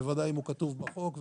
בוודאי אם הוא כתוב בחוק,